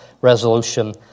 resolution